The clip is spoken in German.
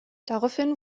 daraufhin